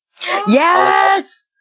Yes